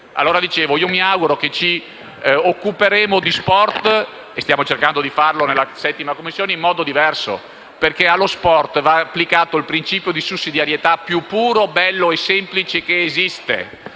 sfaccettature. Io mi auguro che ci occuperemo di sport, come stiamo cercando di fare in 7a Commissione, in modo diverso. Perché allo sport va applicato il principio di sussidiarietà più puro, bello e semplice che esista,